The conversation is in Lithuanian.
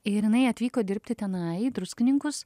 ir jinai atvyko dirbti tenai į druskininkus